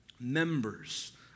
members